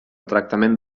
tractament